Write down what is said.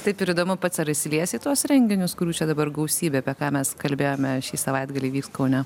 taip ir įdomu pats ar įsiliesi į tuos renginius kurių čia dabar gausybė apie ką mes kalbėjome šį savaitgalį vyks kaune